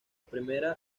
primera